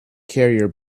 carrier